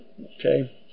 okay